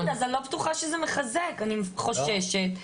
אני חוששת,